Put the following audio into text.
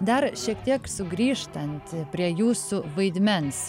dar šiek tiek sugrįžtant prie jūsų vaidmens